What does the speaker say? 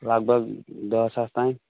لگ بگ دَہ ساس تانۍ